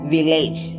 village